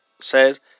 says